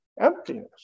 emptiness